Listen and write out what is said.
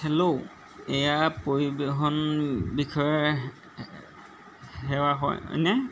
hello এয়া পৰিবহণ বিষয়ে সেৱা হয়নে